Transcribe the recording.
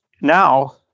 Now